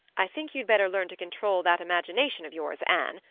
i think you'd better learn to control that imagination of yours, anne,